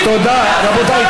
רבותיי,